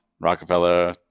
Rockefeller